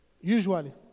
usually